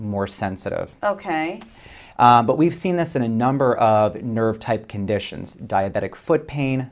more sensitive ok but we've seen this in a number of nerve type conditions diabetic foot pain